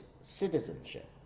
citizenship